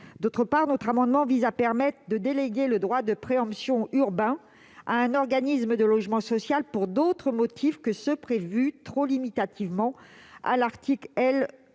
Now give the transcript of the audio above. ailleurs, notre amendement vise à permettre de déléguer le droit de préemption urbain à un organisme de logement social pour d'autres motifs que ceux qui sont prévus, trop limitativement, à l'article L.